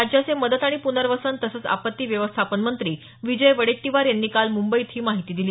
राज्याचे मदत आणि पुनर्वसन तसंच आपत्ती व्यवस्थापन मंत्री विजय वडेट्टीवार यांनी काल मुंबईत ही माहिती दिली